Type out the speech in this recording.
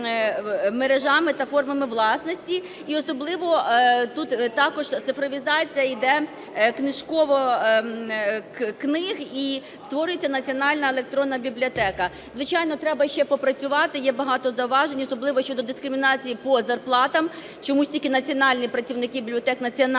мережами та формами власності і особливо тут також цифровізація йде книжкова... книг і створюється Національна електронна бібліотека. Звичайно, треба ще попрацювати, є багато зауважень, особливо щодо дискримінації по зарплатам. Чомусь тільки національні, працівники бібліотек національних